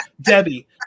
Debbie